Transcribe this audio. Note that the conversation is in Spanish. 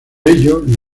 ello